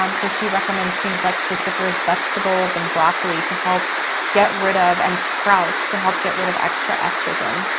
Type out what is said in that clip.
um so, she recommends things like cruciferous vegetables and broccoli to help get rid of, and sprouts to help get rid of extra estrogen.